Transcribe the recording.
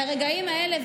לרגעים האלה.